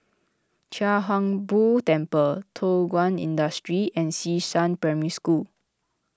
Chia Hung Boo Temple Thow Kwang Industry and Xishan Primary School